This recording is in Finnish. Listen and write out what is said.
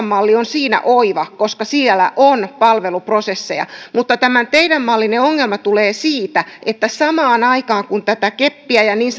malli on siinä oiva koska siellä on palveluprosesseja mutta tämän teidän mallinne ongelma tulee siitä että samaan aikaan kun tätä keppiä ja niin